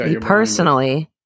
personally